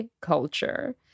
culture